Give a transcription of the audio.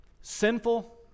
sinful